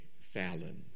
Fallon